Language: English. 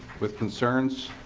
with concerns?